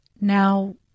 Now